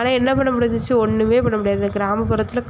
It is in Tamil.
ஆனால் என்ன பண்ண முடிஞ்சிச்சு ஒன்றுமே பண்ண முடியாது இந்த கிராமப்புறத்தில்